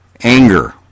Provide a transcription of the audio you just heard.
anger